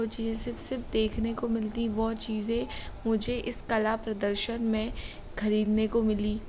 वह चीज़ें सिर्फ़ देखने को मिलती है वह चीज़ें मुझे इस कला प्रदर्शन में खरीदने को मिलीं